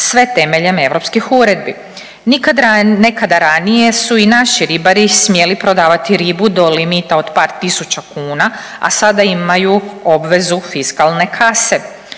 sve temeljem europskih uredbi. Nekada ranije su i naši ribari smjeli prodavati ribu do limita od par tisuća kuna, a sada imaju obvezu fiskalne kase.